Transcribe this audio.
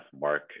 Mark